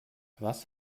was